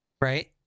right